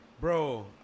Bro